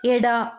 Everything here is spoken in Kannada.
ಎಡ